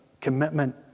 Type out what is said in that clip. commitment